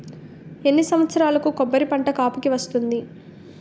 ఎన్ని సంవత్సరాలకు కొబ్బరి పంట కాపుకి వస్తుంది?